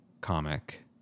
comic